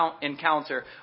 encounter